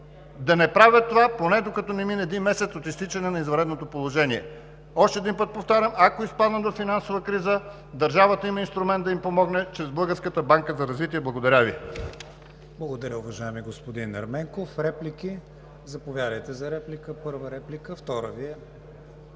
да не правят това поне докато не мине един месец от изтичане на извънредното положение. Още един път повтарям, ако изпаднат във финансова криза, държавата има инструмент да им помогне чрез Българската банка за развитие. Благодаря Ви.